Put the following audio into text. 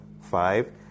Five